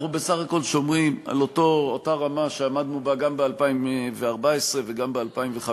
אנחנו בסך הכול שומרים על אותה רמה שעמדנו בה גם ב-2014 וגם ב-2015,